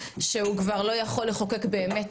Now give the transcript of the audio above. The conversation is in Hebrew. שהוא כבר לא יכול לחוקק באמת,